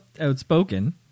outspoken